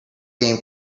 game